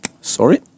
sorry